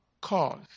cause